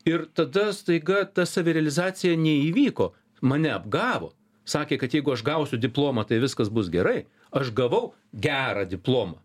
ir tada staiga ta savirealizacija neįvyko mane apgavo sakė kad jeigu aš gausiu diplomą tai viskas bus gerai aš gavau gerą diplomą